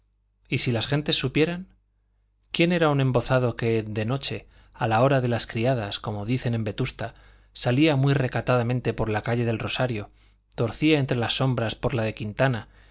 y si las gentes supieran quién era un embozado que de noche a la hora de las criadas como dicen en vetusta salía muy recatadamente por la calle del rosario torcía entre las sombras por la de quintana